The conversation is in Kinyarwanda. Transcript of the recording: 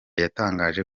yatangaje